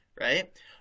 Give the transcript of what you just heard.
right